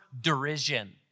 derision